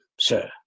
sir